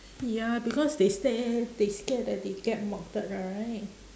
ya because they say they scared that they get marked right